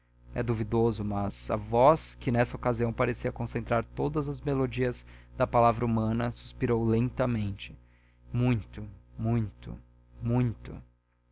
é duvidoso mas a voz que nessa ocasião parecia concentrar todas as melodias da palavra humana suspirou lentamente muito muito muito